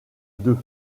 deux